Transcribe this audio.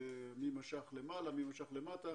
מי משך למעלה, מי משך למטה.